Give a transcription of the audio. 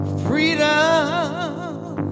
freedom